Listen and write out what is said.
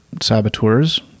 saboteurs